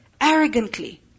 arrogantly